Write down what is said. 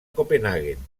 copenhaguen